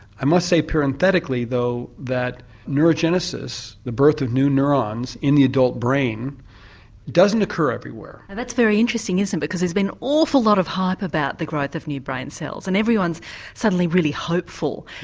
i must say parenthetically, though, that neurogenesis, the birth of new neurons in the adult brain doesn't occur everywhere. that's very interesting isn't it because there's been an awful lot of hype about the growth of new brain cells and everyone's suddenly really hopeful,